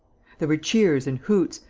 there were cheers and hoots,